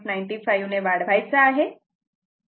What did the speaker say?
95 ने वाढवायचा आहे